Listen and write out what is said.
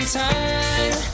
time